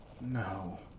No